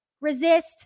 resist